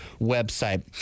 website